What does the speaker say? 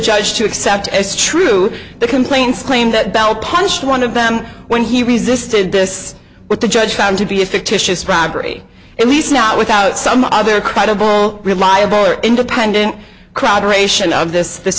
judge to accept as true the complaints claim that bell punched one of them when he resisted this what the judge found to be a fictitious robbery at least not without some other credible reliable or independent corroboration of this this